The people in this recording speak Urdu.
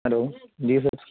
ہلو جی سر